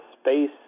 space